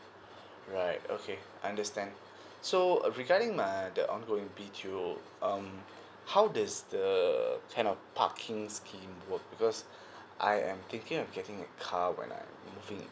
right okay understand so regarding my the ongoing B_T_O um how does the kind of parking scheme work because I am thinking of getting a car when I'm moving